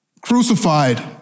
crucified